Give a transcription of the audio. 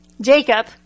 Jacob